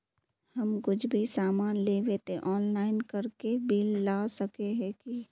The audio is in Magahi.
हम कुछ भी सामान लेबे ते ऑनलाइन करके बिल ला सके है की?